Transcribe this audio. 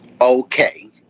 Okay